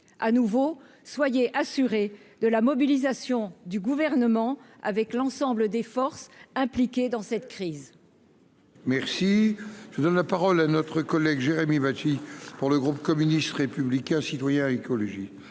de nouveau de la mobilisation du Gouvernement, avec l'ensemble des forces impliquées dans cette crise.